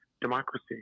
democracy